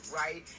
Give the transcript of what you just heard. right